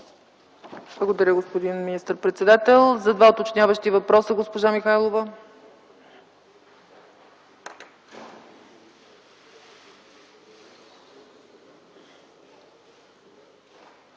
Благодаря, господин министър-председател. За два уточняващи въпроса – госпожа Михайлова.